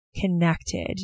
connected